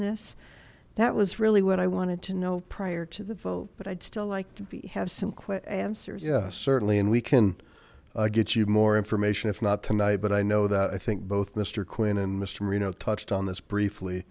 this that was really what i wanted to know prior to the vote but i'd still like to be have some quick answers yeah certainly and we can get you more information if not tonight but i know that i think both mister quinn and mister marino touched on this briefly